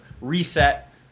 reset